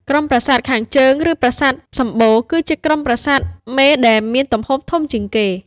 ក្រុមប្រាសាទខាងជើង ឬប្រាសាទសម្បូរ គឺជាក្រុមប្រាសាទមេដែលមានទំហំធំជាងគេ។